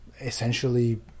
essentially